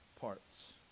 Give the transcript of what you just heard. parts